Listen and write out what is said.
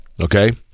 okay